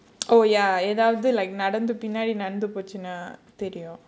oh ya ஏதாவது நடந்து பின்னாடி நடந்து போச்சுன்னா தெரியும்:edhaavathu nadanthu pinnaadi nadanthu pochunaa theriyum